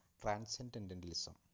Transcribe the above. transcendentalism